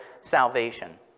salvation